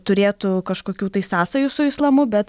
turėtų kažkokių tai sąsajų su islamu bet